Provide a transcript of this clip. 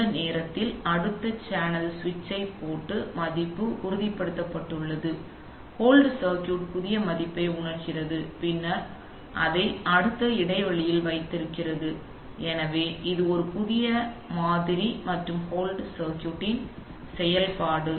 அந்த நேரத்தில் அடுத்த சேனல் சுவிட்சைப் போட்டு மதிப்பு அங்கு உறுதிப்படுத்தப்பட்டுள்ளது எனவே இப்போது ஹோல்ட் சர்க்யூட் புதிய மதிப்பை உணர்கிறது பின்னர் அதை அடுத்த இடை வெளியில் வைத்திருக்கிறது எனவே இது ஒரு மாதிரி மற்றும் ஹோல்ட் சர்க்யூட் இன் செயல்பாடு